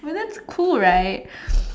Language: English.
but that's cool right